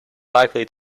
likely